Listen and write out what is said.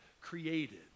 created